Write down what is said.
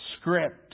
script